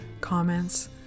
comments